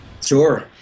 sure